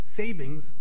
savings